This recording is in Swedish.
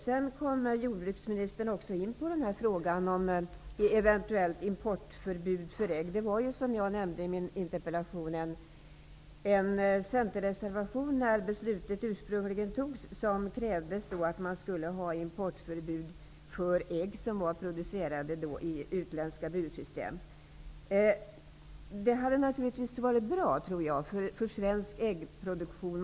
Sedan kommer jordbruksministern också in på frågan om ett eventuellt importförbud för ägg. Som jag nämnt i min interpellation fanns det en centerreservation när beslutet ursprungligen fattades, där kravet på importförbud för ägg producerade i utländska bursystem fanns med. Jag tror att det kravet hade varit bra för svensk äggproduktion.